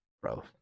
Bro